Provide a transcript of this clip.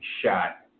shot